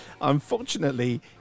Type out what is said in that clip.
Unfortunately